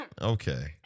Okay